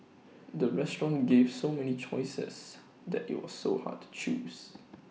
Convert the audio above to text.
the restaurant gave so many choices that IT was so hard to choose